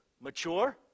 mature